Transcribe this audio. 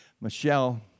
Michelle